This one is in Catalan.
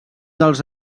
dels